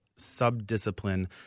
sub-discipline